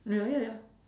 ya ya ya